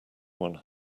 one